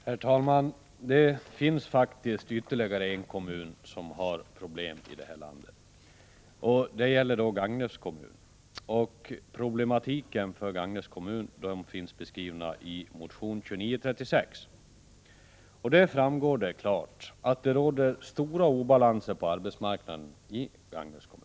Herr talman! Det finns faktiskt ytterligare en kommun här i landet som har problem. Jag avser då Gagnefs kommun, vars problem finns beskrivna i motion 2936. Där framgår det klart att det råder stora obalanser på arbetsmarknaden i Gagnefs kommun.